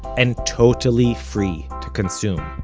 and totally free to consume.